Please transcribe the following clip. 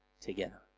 together